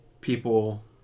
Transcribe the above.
people